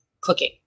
cooking